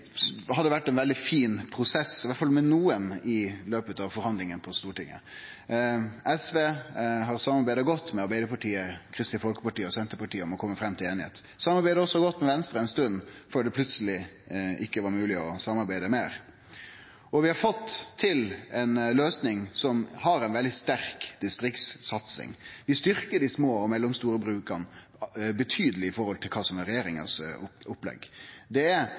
vore ein veldig fin prosess – i alle fall med nokre – i løpet av forhandlingane på Stortinget. SV har samarbeidd godt med Arbeidarpartiet, Kristeleg Folkeparti og Senterpartiet om å bli einige. Vi samarbeidde godt også med Venstre ei stund, før det plutseleg ikkje var mogleg å samarbeide meir. Vi har fått til ei løysing som har ei veldig sterk distriktssatsing. Vi styrkjer dei små og mellomstore bruka betydeleg samanlikna med det som er opplegget til regjeringa. Det er